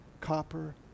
copper